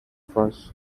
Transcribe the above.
first